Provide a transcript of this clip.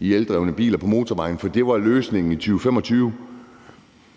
i eldrevne biler på motorvejen, fordi det var løsningen i 2025,